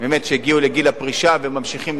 שהגיעו לגיל הפרישה וממשיכים לעבוד,